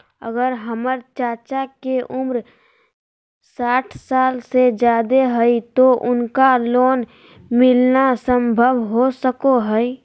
अगर हमर चाचा के उम्र साठ साल से जादे हइ तो उनका लोन मिलना संभव हो सको हइ?